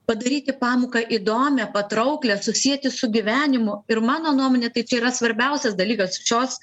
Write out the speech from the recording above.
padaryti pamoką įdomią patrauklią susieti su gyvenimu ir mano nuomone tai čia yra svarbiausias dalykas šios